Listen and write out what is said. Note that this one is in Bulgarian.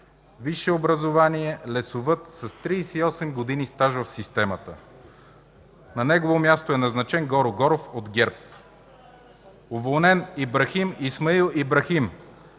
висше образование – лесовъд, с 38 години стаж в системата, на негово място е назначен Горо Горов от ГЕРБ; - уволнен Ибрахим Исмаил Ибрахим,